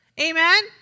Amen